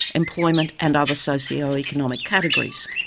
employment and other socioeconomic categories.